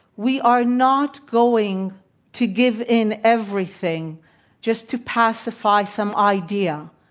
we are not going to give in everything just to pacify some idea.